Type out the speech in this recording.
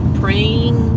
praying